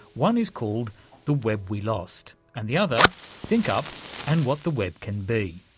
one is called the web we lost and the other thinkup and what the web can be.